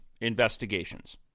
investigations